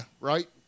Right